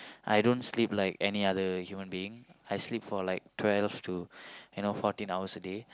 I don't sleep like any other human being I sleep for like twelve to you know fourteen hours a day